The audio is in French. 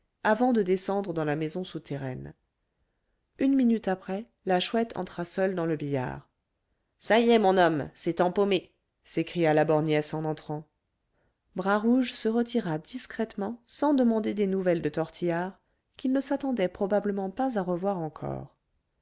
avant de descendre dans la maison souterraine une minute après la chouette entra seule dans le billard ça y est mon homme c'est empaumé s'écria la borgnesse en entrant bras rouge se retira discrètement sans demander des nouvelles de tortillard qu'il ne s'attendait probablement pas à revoir encore